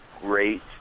great